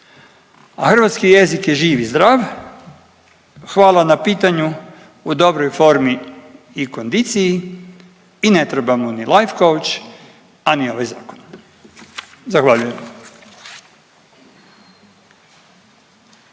a hrvatski jezik je živ i zdrav, hvala na pitanju u dobroj formi i kondiciji i ne treba mu ni lait couch, a ni ovaj zakon. Zahvaljujem.